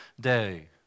day